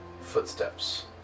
footsteps